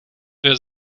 weer